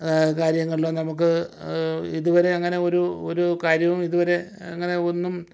കാര്യങ്ങളിലോ നമുക്ക് ഇതുവരെ അങ്ങനെ ഒരു ഒരു കാര്യവും ഇതുവരെ അങ്ങനെ ഒന്നും